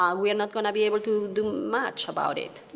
um we are not gonna be able to do much about it.